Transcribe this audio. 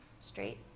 Straight